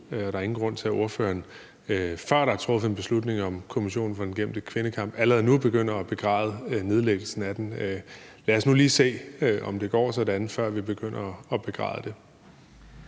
der er ingen grund til, at spørgeren, før der er truffet en beslutning om Kommissionen for den glemte kvindekamp, allerede nu begynder at begræde nedlæggelsen af den. Lad os lige se, om det går sådan, før vi begynder at begræde det.